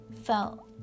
felt